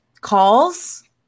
calls